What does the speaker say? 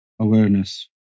awareness